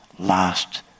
last